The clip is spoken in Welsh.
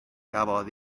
gafodd